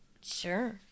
Sure